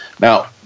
Now